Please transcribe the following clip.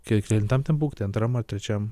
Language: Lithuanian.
kiek kelintam ten punkte antram ar trečiam